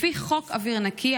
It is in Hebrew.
לפי חוק אוויר נקי,